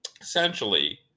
essentially